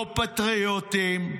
לא פטריוטים,